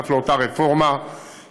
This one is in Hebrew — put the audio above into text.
נוסף על אותה רפורמה שעשינו,